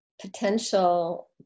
potential